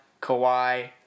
Kawhi